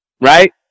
right